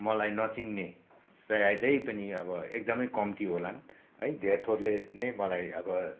मलाई नचिन्ने सायदै पनि अब एकदमै कम्ती होलान है धेर थोरले नै मलाई अब